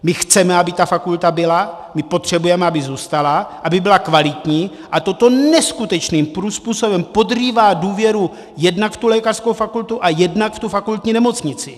My chceme, aby ta fakulta byla, my potřebujeme, aby zůstala, aby byla kvalitní, a toto neskutečným způsobem podrývá důvěru jednak v tu lékařskou fakultu, jednak ve fakultní nemocnici.